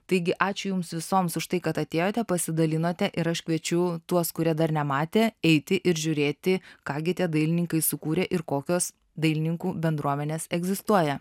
taigi ačiū jums visoms už tai kad atėjote pasidalinote ir aš kviečiu tuos kurie dar nematė eiti ir žiūrėti ką gi tie dailininkai sukūrė ir kokios dailininkų bendruomenės egzistuoja